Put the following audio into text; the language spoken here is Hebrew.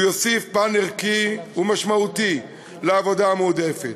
הוא יוסיף פן ערכי ומשמעותי לעבודה המועדפת.